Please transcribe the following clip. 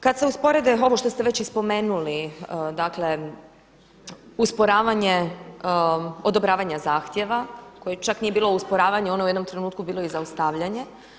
Kada se usporede ovo što ste već i spomenuli usporavanje odobravanja zahtjeva koje čak nije bilo usmjeravanje, ono je u jednom trenutku bilo i zaustavljanje.